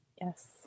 Yes